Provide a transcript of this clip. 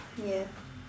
ya